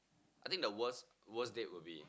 I think the worst worst date would be